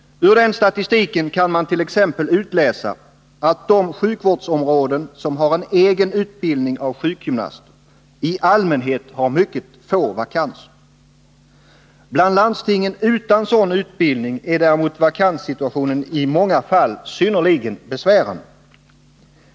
Ur den statistiken 8 kan man t.ex. utläsa att de sjukvårdsområden som har egen utbildning av sjukgymnaster i allmänhet har mycket få vakanser. Bland landstingen utan sådan utbildning är däremot vakanssituationen i många fall synnerligen besvärande.